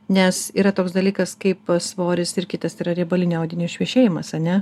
nes yra toks dalykas kaip svoris ir kitas yra riebalinio audinio išvešėjimas ane